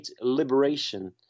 liberation